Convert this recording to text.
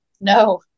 no